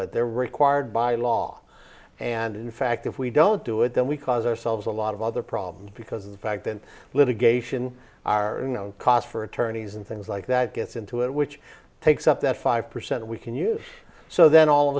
it they're required by law and in fact if we don't do it then we cause ourselves a lot of other problems because of the fact that litigation our cost for attorneys and things like that gets into it which takes up that five percent we can use so then all of